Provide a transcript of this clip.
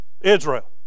Israel